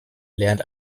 lernte